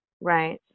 Right